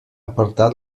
apartar